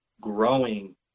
growing